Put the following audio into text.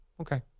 Okay